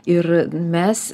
ir mes